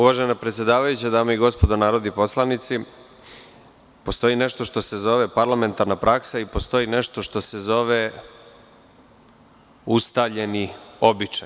Uvažena predsedavajuća, dame i gospodo narodni poslanici, postoji nešto što se zove parlamentarna praksa i postoji nešto što se zove ustaljeni običaj.